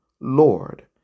Lord